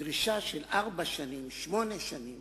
דרישה של ארבע שנים או שמונה שנים